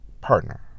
partner